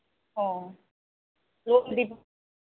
ꯑꯣ ꯂꯣꯟꯕꯗꯤ